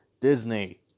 Disney